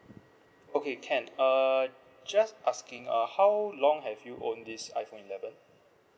okay can uh just asking uh how long have you own this iPhone eleven